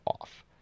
off